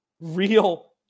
real